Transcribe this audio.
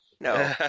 No